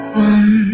one